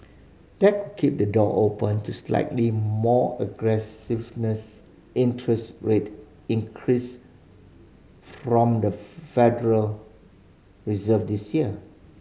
that keep the door open to slightly more aggressive interest rate increase from the Federal Reserve this year